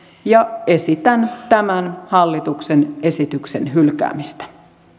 ja esitän tämän hallituksen esityksen hylkäämistä